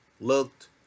looked